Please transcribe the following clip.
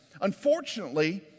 unfortunately